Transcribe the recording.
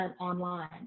online